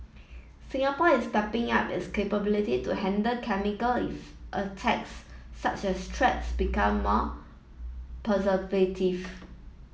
Singapore is stepping up its capability to handle chemical if attacks such as threats become more